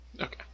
Okay